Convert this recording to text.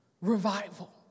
Revival